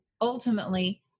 ultimately